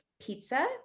pizza